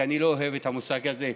אני לא אוהב את המושג הזה,